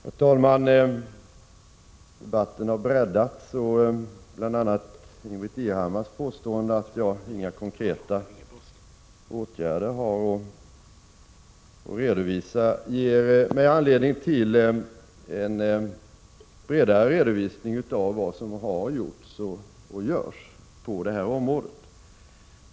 Herr talman! Debatten har breddats. Bl. a. Ingbritt Irhammars påstående att jag inte har några konkreta åtgärder att redovisa föranleder mig att ge en bredare redovisning av vad som har gjorts och görs på detta område.